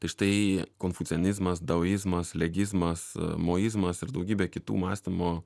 tai štai konfucianizmas daosizmas legizmas maoizmas ir daugybė kitų mąstymo